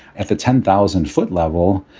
at the ten thousand foot level,